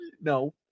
No